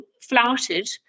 flouted